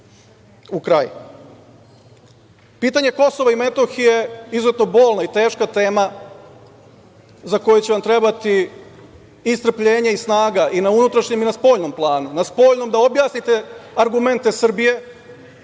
u kraj. Pitanje Kosova i Metohije je izuzetno bolna i teška tema za koju će nam trebati i strpljenje i snage na unutrašnjem i na spoljnom planu. Na spoljnom da objasnite argumente Srbije